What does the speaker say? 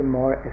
more